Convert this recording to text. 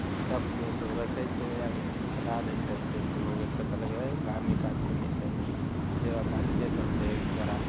बेटा पूतोहू सब रखैत छै हटा दैत रहैत छै बुढ़ हो गेलनि तऽ हे कहलक कामे काजके नहि छै सेवा काज केेँ करतै हिनकर आब